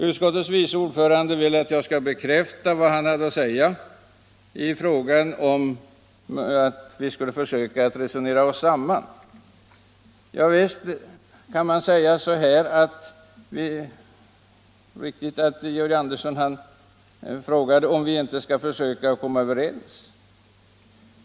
Utskottets vice ordförande ville att jag skulle bekräfta vad han hade att säga om att vi skulle försöka resonera oss samman. Ja, visst frågade Georg Andersson om vi inte skulle försöka komma överens.